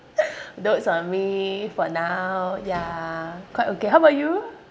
dotes on me for now ya quite okay how about you